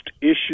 Issue